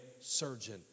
surgeon